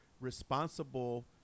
responsible